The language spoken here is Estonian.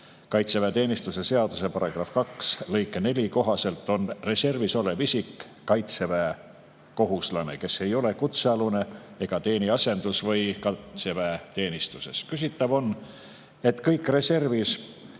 Kaitseväeteenistuse seaduse § 2 lõike 4 kohaselt on reservis olev isik kaitseväekohustuslane, kes ei ole kutsealune ega teeni asendus- või kaitseväeteenistuses. Küsitav on, kas kõik reservis